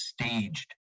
staged